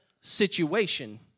situation